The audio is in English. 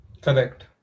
Correct